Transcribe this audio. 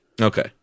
Okay